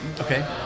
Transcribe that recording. Okay